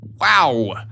Wow